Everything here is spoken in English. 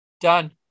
Done